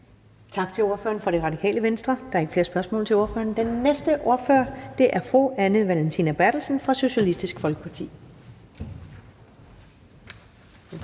Tak til ordføreren for Det Radikale Venstre. Der er ikke flere spørgsmål til ordføreren. Den næste ordfører er fru Anne Valentina Berthelsen fra Socialistisk Folkeparti.